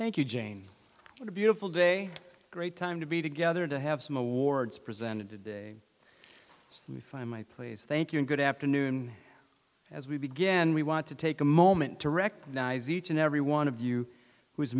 thank you jane what a beautiful day great time to be together to have some awards presented today some find my please thank you and good afternoon as we began we want to take a moment to recognize each and every one of you who